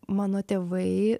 mano tėvai